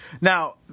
Now